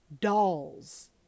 Dolls